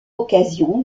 occasion